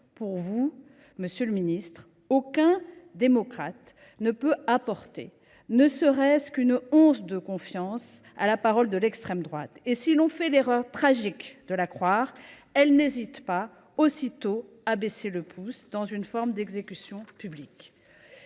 pour vous, monsieur le ministre ! Aucun démocrate ne peut accorder ne serait ce qu’une once de confiance à la parole de l’extrême droite. Si l’on fait l’erreur tragique de la croire, aussitôt elle n’hésite pas à baisser le pouce dans une forme d’exécution publique